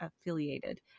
affiliated